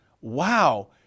Wow